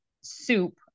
soup